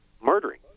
murdering